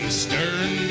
stern